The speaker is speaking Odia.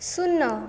ଶୂନ